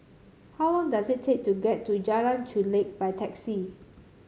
how long does it take to get to Jalan Chulek by taxi